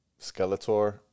Skeletor